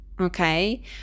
Okay